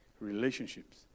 relationships